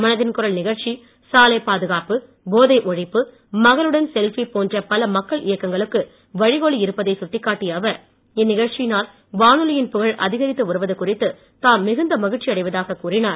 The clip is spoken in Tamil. மனதின் குரல் நிகழ்ச்சி சாலை பாதுகாப்பு போதை ஒழிப்பு மகளுடன் செல்பி போன்ற பல மக்கள் இயக்கங்களுக்கு வழிகோலி இருப்பதைச் சுட்டிக்காட்டிய அவர் இந்நிகழ்ச்சியினால் வானொலியின் புகழ் அதிகரித்து வருவது குறித்து தாம் மிகுந்த மகிழ்ச்சி அடைவதாகக் கூறினார்